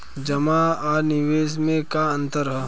जमा आ निवेश में का अंतर ह?